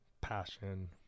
passion